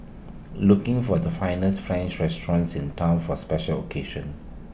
looking for the finest French restaurants in Town for A special occasion